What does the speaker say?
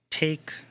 Take